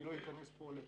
אני לא אכנס פה לפרטים,